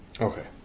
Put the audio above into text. Okay